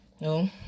No